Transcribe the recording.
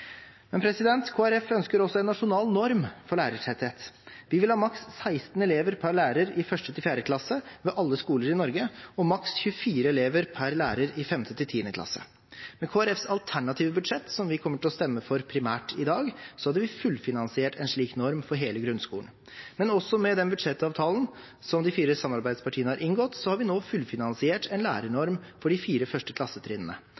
Men Kristelig Folkeparti ønsker også en nasjonal norm for lærertetthet. Vi vil ha maks 16 elever per lærer i 1.–4. klasse ved alle skoler i Norge og maks 24 elever per lærer i 5.–10. klasse. Med Kristelig Folkepartis alternative budsjett, som vi kommer til å stemme for primært i dag, hadde vi fullfinansiert en slik norm for hele grunnskolen. Men også med den budsjettavtalen som de fire samarbeidspartiene har inngått, har vi nå fullfinansiert en lærernorm for de fire første klassetrinnene.